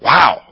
Wow